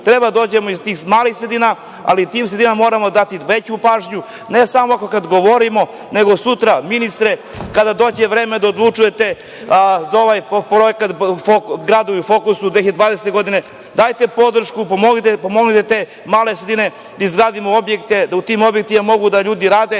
Treba da dođemo iz tih malih sredina, ali tim sredinama moramo dati veću pažnju, ne samo kada govorimo, nego sutra, ministre, kada dođe vreme da odlučujete za ovaj projekat „Gradovi u fokusu 2020. godine“, dajte podršku, pomozite te male sredine, da izgradimo objekte, da u tim objektima ljudi mogu da rade,